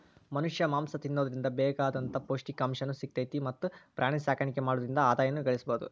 ಮನಷ್ಯಾ ಮಾಂಸ ತಿನ್ನೋದ್ರಿಂದ ಬೇಕಾದಂತ ಪೌಷ್ಟಿಕಾಂಶನು ಸಿಗ್ತೇತಿ ಮತ್ತ್ ಪ್ರಾಣಿಸಾಕಾಣಿಕೆ ಮಾಡೋದ್ರಿಂದ ಆದಾಯನು ಗಳಸಬಹುದು